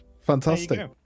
fantastic